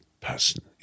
person